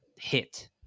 hit